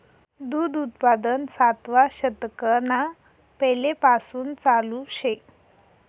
दूध उत्पादन सातवा शतकना पैलेपासून चालू शे